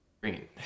Green